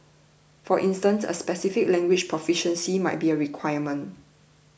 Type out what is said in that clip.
for instance a specific language proficiency might be a requirement